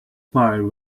pile